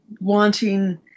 wanting